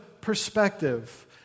perspective